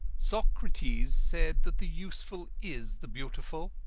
socrates said that the useful is the beautiful,